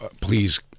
please